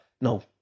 No